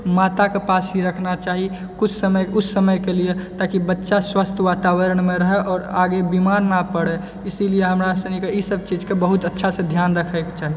माताके पास ही रखना चाही किछु समय किछु समयके लिए ताकि बच्चा स्वस्थ्य वातावरणमे रहै आओर आगे बिमार नहि पड़ै इसीलिए हमरा सनिके ई सब चीजकेँ बहुत अच्छासँ ध्यान रखैके चाही